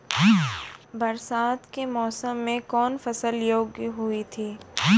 बरसात के मौसम मे कौन फसल योग्य हुई थी?